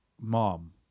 mom